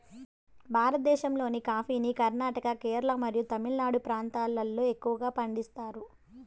భారతదేశంలోని కాఫీని కర్ణాటక, కేరళ మరియు తమిళనాడు ప్రాంతాలలో ఎక్కువగా పండిస్తారు